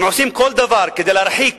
הם עושים כל דבר כדי להרחיק